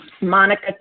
Monica